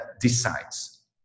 decides